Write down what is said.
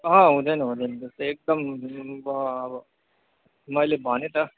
अहँ हुँदैन हुँदैन त्यस्तो एकदम मैले भने त